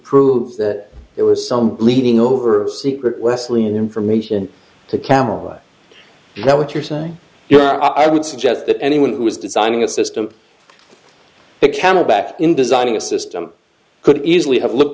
prove that there was some bleeding over secret wesley information the camera that what you're saying here i would suggest that anyone who was designing a system the camera back in designing a system could easily have looked